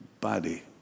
body